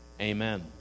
Amen